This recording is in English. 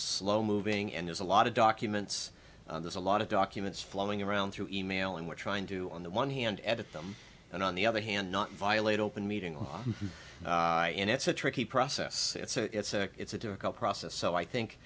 slow moving and there's a lot of documents there's a lot of documents flowing around through e mail and we're trying to on the one hand edit them and on the other hand not violate open meeting law and it's a tricky process it's a it's a difficult process so i think